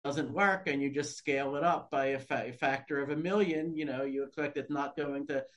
‫זה לא יעבוד, ואתה פשוט ‫תגדיל את זה בקנה מידה של מיליון, ‫אתה חושב שזה לא יכול...